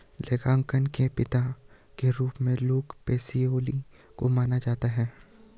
लेखांकन के पिता के रूप में लुका पैसिओली को माना जाता है